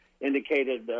indicated